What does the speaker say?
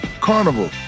Carnival